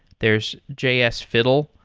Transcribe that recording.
there's jsfiddle.